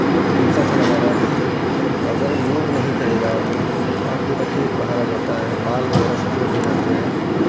भूलता चल जा रहा है कल्चर अगर योग नहीं करेगा आदमी तो आदमी का पेट बाहर आ जाता है बाल वगैरह सफेद हो जाते हैं